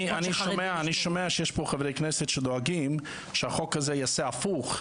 אני שומע שיש פה חברי כנסת שדואגים שהחוק הזה יעשה הפוך,